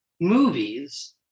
movies